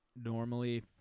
normally